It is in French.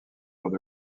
jours